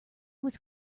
was